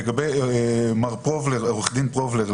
עו"ד פרובלר,